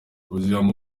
ubuzima